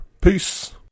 Peace